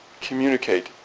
Communicate